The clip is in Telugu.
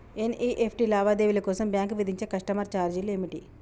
ఎన్.ఇ.ఎఫ్.టి లావాదేవీల కోసం బ్యాంక్ విధించే కస్టమర్ ఛార్జీలు ఏమిటి?